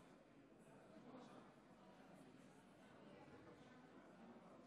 אין מתנגדים ואין נמנעים.